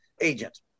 agent